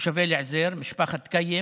תושבי אל-עזיר, משפחת קיים,